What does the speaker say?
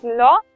law